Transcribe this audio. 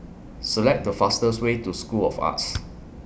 Select The fastest Way to School of Arts